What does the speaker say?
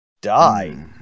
Die